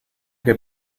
que